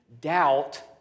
doubt